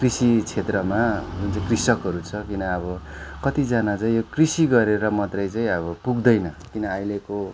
कृषि क्षेत्रमा जुन चाहिँ कृषकहरू छ किन अब कतिजना चाहिँ यो कृषि गरेर मात्रै चाहिँ अब पुग्दैन किन अहिलेको